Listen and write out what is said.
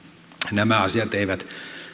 nämä asiat eivät